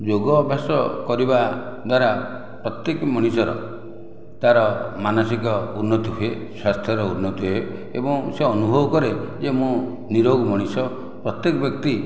ଯୋଗ ଅଭ୍ୟାସ କରିବା ଦ୍ୱାରା ପ୍ରତ୍ୟକ ମଣିଷର ତାର ମାନସିକ ଉନ୍ନତି ହୁଏ ସ୍ୱାସ୍ଥ୍ୟର ଉନ୍ନତି ହୁଏ ଏବଂ ସେ ଅନୁଭବ କରେ ଯେ ମୁଁ ନିରୋଗ ମଣିଷ ପ୍ରତ୍ୟକ ବ୍ୟକ୍ତି